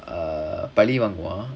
err பழி வாங்குவான்:pali vaanguvaan